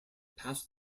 passed